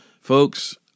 Folks